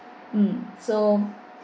mm so